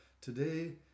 today